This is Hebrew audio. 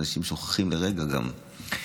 אנשים שוכחים לרגע גם.